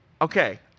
okay